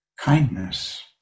kindness